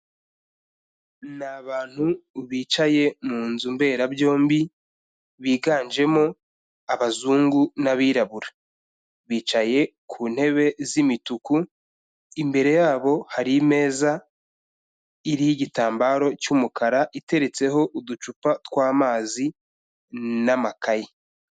Ni abantu bicaye mu nzu mberabyombi, biganjemo abazungu n'abirabura. Bicaye ku ntebe z'imituku, imbere yabo hari imeza iriho igitambaro cy'umukara, iteretseho uducupa tw'amazi n'amakaye.